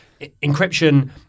encryption